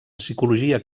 psicologia